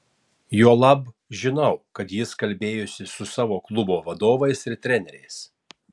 juolab žinau kad jis kalbėjosi su savo klubo vadovais ir treneriais